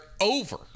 over